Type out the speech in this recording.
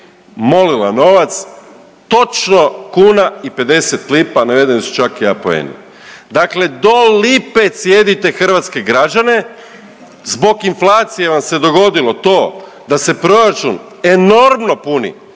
molila novac točno kuna i 50 lipa, navedeni su čak i apoeni, dakle do lipe cijedite hrvatske građane. Zbog inflacije vam se dogodilo to da se proračun enormno puni,